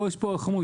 פה יש, איך אומרים?